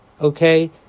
Okay